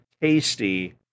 Tasty